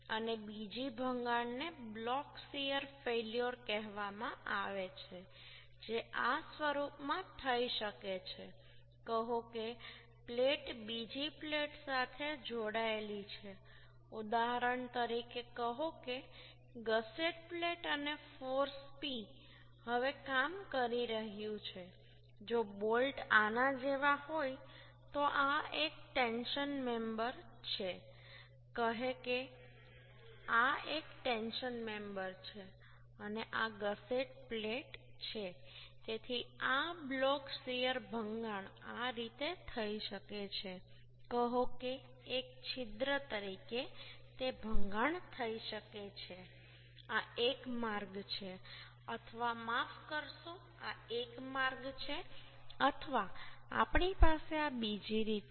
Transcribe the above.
અને બીજી ભંગાણ ને બ્લોક શીયર ફેલ્યોર કહેવામાં આવે છે જે આ સ્વરૂપમાં થઈ શકે છે કહો કે પ્લેટ બીજી પ્લેટ સાથે જોડાયેલી છે ઉદાહરણ તરીકે કહો કે ગસેટ પ્લેટ અને ફોર્સ P હવે કામ કરી રહ્યું છે જો બોલ્ટ આના જેવા હોય તો આ એક ટેન્શન મેમ્બર છે કહે કે આ એક ટેન્શન મેમ્બર છે અને આ ગસેટ પ્લેટ છે તેથી આ બ્લોક શીયર ભંગાણ આ રીતે થઈ શકે છે કહો કે એક છિદ્ર તરીકે તે ભંગાણ થઈ શકે છે આ એક માર્ગ છે અથવા માફ કરશો આ એક માર્ગ છે અથવા આપણી પાસે આ બીજી રીત છે